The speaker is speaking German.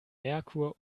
merkur